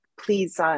please